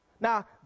Now